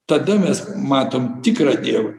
tada mes matom tikrą dievą